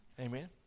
Amen